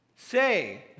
Say